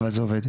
אבל זה עובד.